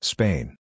Spain